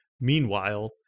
Meanwhile